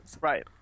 Right